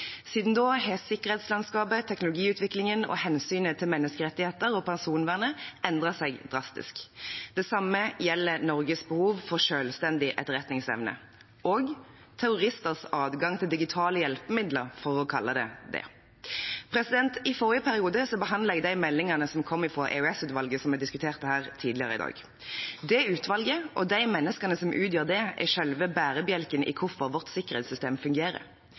Siden da har sikkerhetslandskapet, teknologiutviklingen og hensynet til menneskerettigheter og personvernet endret seg drastisk. Det samme gjelder Norges behov for selvstendig etterretningsevne og terroristers adgang til digitale hjelpemidler, for å kalle det det. I forrige periode behandlet jeg de meldingene som kom fra EOS-utvalget, som vi diskuterte her tidligere i dag. Det utvalget og de menneskene som utgjør det, er selve bærebjelken i hvorfor vårt sikkerhetssystem fungerer.